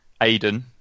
Aiden